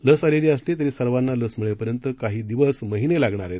लस आलेली असली तरी सर्वांना लस मिळेपर्यंत काही दिवस महिने लागणार आहे